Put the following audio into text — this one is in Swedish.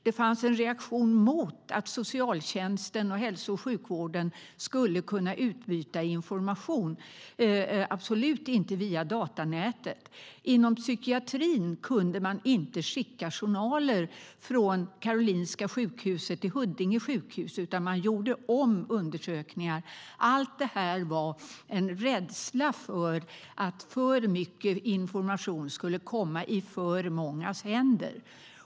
Det fanns en reaktion mot att socialtjänsten och hälso och sjukvården skulle kunna utbyta information, absolut inte via datanätet. Inom psykiatrin kunde man inte skicka journaler från Karolinska sjukhuset till Huddinge sjukhus. Undersökningar gjordes om. Allt detta berodde på en rädsla för att för mycket information skulle komma i för mångas händer.